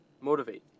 motivate